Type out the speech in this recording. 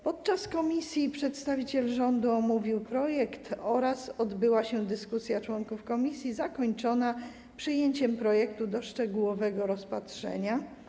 Podczas posiedzenia komisji przedstawiciel rządu omówił projekt oraz odbyła się dyskusja członków komisji zakończona przyjęciem projektu do szczegółowego rozpatrzenia.